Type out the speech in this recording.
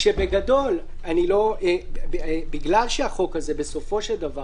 כשבגדול, בגלל שהחוק הזה בסופו של דבר